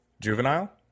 Juvenile